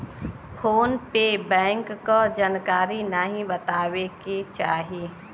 phone पे bank क जानकारी नाहीं बतावे के चाही